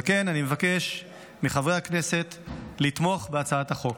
על כן, אני מבקש מחברי הכנסת לתמוך בהצעת החוק.